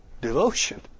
devotion